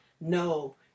no